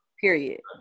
period